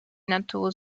natur